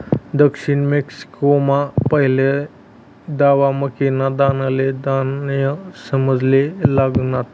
दक्षिण मेक्सिकोमा पहिली दाव मक्कीना दानाले धान्य समजाले लागनात